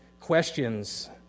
questions